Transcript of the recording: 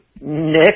Nick